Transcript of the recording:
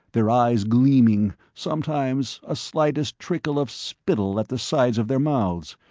their eyes gleaming, sometimes a slightest trickle of spittle at the sides of their mouths.